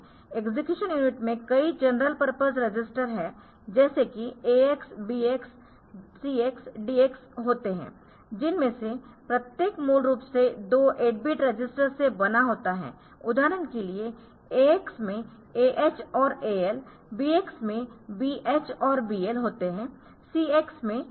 execution unit में कई general purpose register जैसे की AX BX CX DX होते है जिनमें से प्रत्येक मूल रूप से दो 8 बिट रजिस्टर्स से बना होता है उदाहरण के लिए AX में AH और AL BX में BH और BL होते है CX में CH और CL होते है